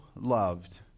loved